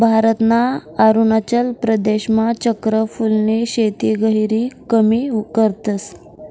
भारतना अरुणाचल प्रदेशमा चक्र फूलनी शेती गहिरी कमी करतस